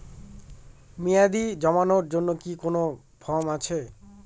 মেয়াদী জমানোর জন্য কি কোন ফর্ম আছে?